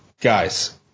guys